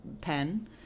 pen